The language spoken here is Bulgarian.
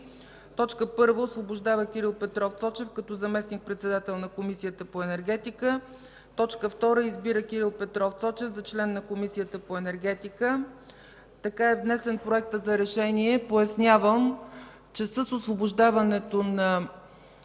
РЕШИ: 1. Освобождава Кирил Петров Цочев като заместник-председател на Комисията по енергетика. 2. Избира Кирил Петров Цочев за член на Комисията по енергетика.” Така е внесен Проектът за решение. Пояснявам, че с освобождаването на